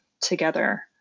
together